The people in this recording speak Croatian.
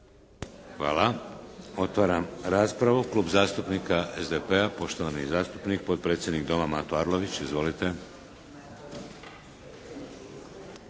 Hvala. Otvaram raspravu. Klub zastupnika SDP-a, poštovani zastupnik, potpredsjednik Doma Mato Arlović. Izvolite.